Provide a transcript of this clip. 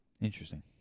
Interesting